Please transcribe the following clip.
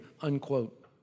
unquote